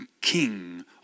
king